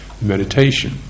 meditation